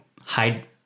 hide